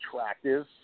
attractive